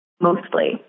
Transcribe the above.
Mostly